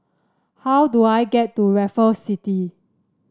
how do I get to Raffles City